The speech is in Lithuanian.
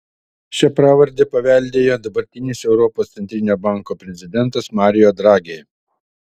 šią pravardę paveldėjo dabartinis europos centrinio banko prezidentas mario draghi